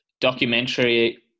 documentary